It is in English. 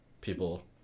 people